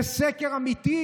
זה סקר אמיתי,